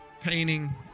painting